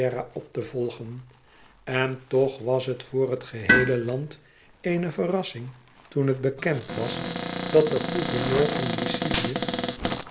op te volgen e ids aargang n toch was het voor het geheele land eene verrassing toen het bekend was dat de gouverneur van lycilië